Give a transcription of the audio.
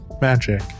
magic